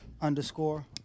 underscore